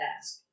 ask